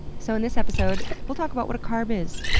so, in this episode, we'll talk about what a carb is,